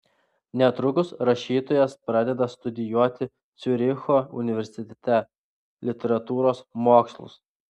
netrukus rašytojas pradeda studijuoti ciuricho universitete literatūros mokslus